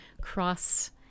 cross